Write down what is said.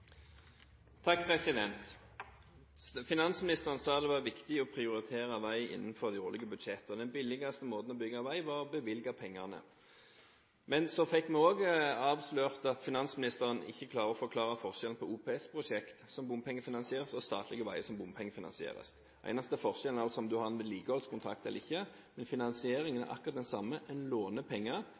Finansministeren sa det var viktig å prioritere vei innenfor de årlige budsjettene. Den billigste måten å bygge vei på var å bevilge pengene. Men så fikk vi også avslørt at finansministeren ikke klarer å forklare forskjellen på OPS-prosjekter som bompengefinansieres, og statlige veier som bompengefinansieres. Den eneste forskjellen er om en har en vedlikeholdskontrakt eller ikke, men finansieringen er akkurat den samme. En låner penger,